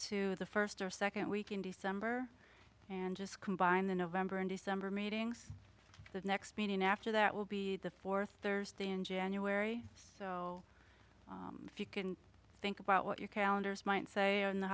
to the first or second week in december and just combine the november and december meetings the next meeting after that will be the fourth thursday in january if you can think about what your calendars might say